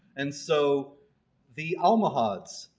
and so the almohads,